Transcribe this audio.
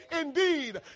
indeed